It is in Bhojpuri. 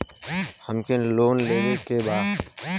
हमके लोन लेवे के बा?